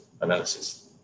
analysis